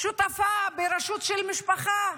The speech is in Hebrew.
כשותפה בראשות של משפחה,